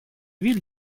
huile